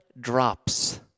drops